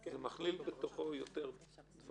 זה מכליל בתוכו יותר דברים.